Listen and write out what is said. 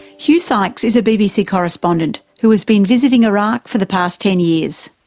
hugh sykes is a bbc correspondent who has been visiting iraq for the past ten years.